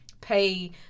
pay